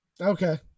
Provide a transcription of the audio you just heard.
Okay